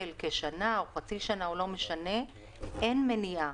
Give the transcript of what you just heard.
אין מניעה.